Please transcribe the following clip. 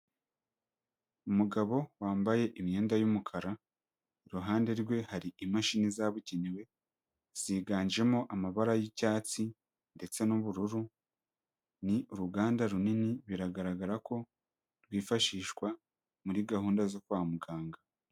Umugabo wambaye imyenda y'umukara, iruhande rwe hari imashini zabugenewe, ziganjemo amabara y'icyatsi ndetse n'ubururu, ni uruganda runini, biragaragara ko rwifashishwa muri gahunda zo kwa muganga.